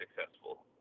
successful